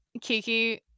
Kiki